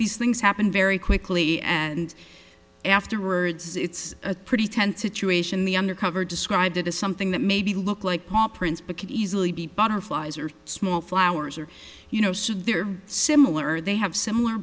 these things happen very quickly and afterwards it's a pretty tense situation the undercover described it as something that maybe looked like paw prints because easily be butterflies or small flowers or you know so they're similar they have similar